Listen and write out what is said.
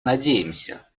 надеемся